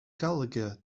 gallagher